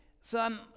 son